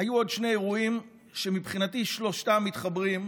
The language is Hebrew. היו עוד שני אירועים, ומבחינתי שלושתם מתחברים,